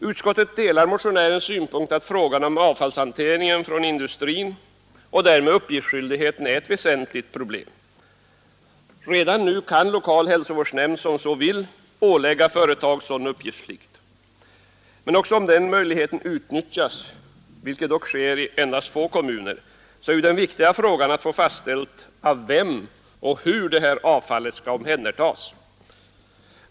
Utskottet delar motionärens synpunkt att frågan om avfallshanteringen från industrin och därmed uppgiftsskyldigheten är ett väsentligt problem. Redan nu kan lokal hälsovårdsnämnd som så vill ålägga företag sådan uppgiftsplikt, men även om den möjligheten utnyttjas, vilket dock sker endast i få kommuner, så är ju den viktiga frågan att få fastställt av vem och hur detta avfall skall omhändertas.